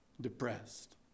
Depressed